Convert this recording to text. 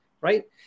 right